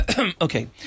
Okay